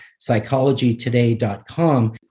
psychologytoday.com